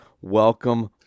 Welcome